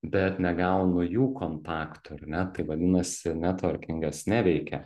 bet negaunu jų kontaktų ar ne tai vadinasi netvorkingas neveikia